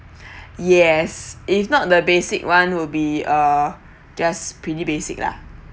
yes if not the basic [one] will be uh just pretty basic lah